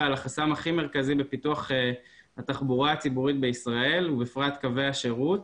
על החסם הכי מרכזי בפיתוח התחבורה הציבורית בישראלית ובפרט קווי השירות,